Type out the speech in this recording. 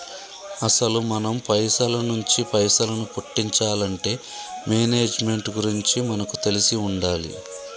అసలు మనం పైసల నుంచి పైసలను పుట్టించాలంటే మేనేజ్మెంట్ గురించి మనకు తెలిసి ఉండాలి